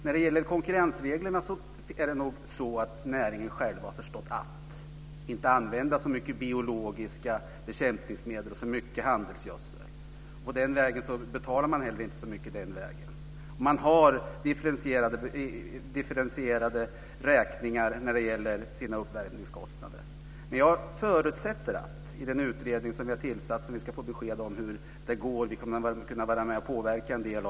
När det gäller konkurrensreglerna är det nog så att näringen själv har förstått att inte använda så mycket biologiska bekämpningsmedel och handelsgödsel. Då betalar man inte heller så mycket den vägen. Man har differentierade räkningar när det gäller uppvärmingskostnaderna. Den utredning som vi har tillsatt ska lämna besked om hur det går, och en del av oss kommer att kunna vara med och påverka också.